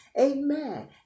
Amen